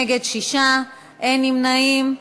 נגד, 6, אין נמנעים.